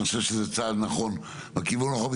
אני חושב שזה צעד נכון בכיוון הנכון.